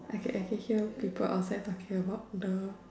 okay I can hear people outside talking about the